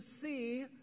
see